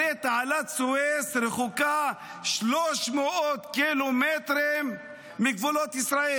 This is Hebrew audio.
הרי תעלת סואץ רחוקה 300 ק"מ מגבולות ישראל.